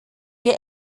wir